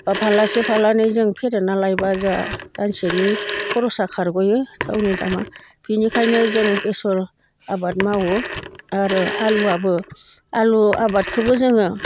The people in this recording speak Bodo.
बा फारलासे फारलानै जों फेदेरना लायोब्ला जोंहा गांसेनि खरसा खारगयो थावनि दामा बेनिखायनो जों बेसर आबाद मावो आरो आलुआबो आलु आबादखौबो जोङो